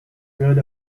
good